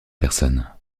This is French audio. personne